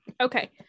Okay